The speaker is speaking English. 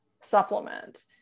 supplement